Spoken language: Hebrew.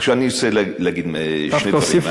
עכשיו, אני רוצה להגיד שני דברים.